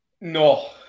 no